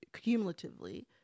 cumulatively